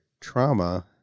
trauma